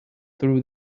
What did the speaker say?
through